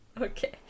Okay